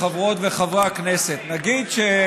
תודה, חבר הכנסת עיסאווי פריג'.